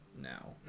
now